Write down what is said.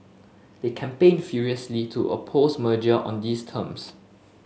they campaigned furiously to oppose merger on these terms